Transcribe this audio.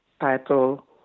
title